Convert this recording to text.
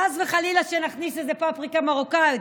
חס וחלילה שנכניס איזו פפריקה מרוקאית,